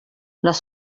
les